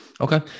Okay